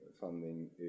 funding